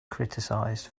criticized